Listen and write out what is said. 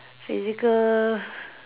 physical